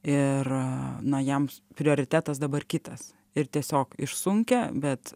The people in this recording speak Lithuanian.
ir na jiems prioritetas dabar kitas ir tiesiog išsunkia bet